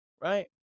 right